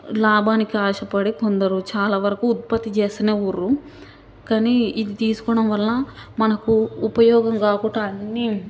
లాభానికి ఆశపడి కొందరు చాలా వరకు ఉత్పత్తి చేస్తూనే ఉన్నారు కానీ ఇది తీసుకోడంవల్ల మనకు ఉపయోగం కాకుండా అన్నీ